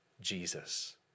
Jesus